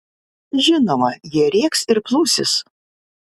žinoma jie rėks ir plūsis